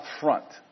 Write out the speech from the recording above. upfront